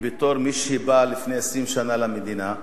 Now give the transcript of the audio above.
בתור מי שבאה לפני 20 שנה למדינה,